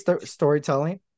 storytelling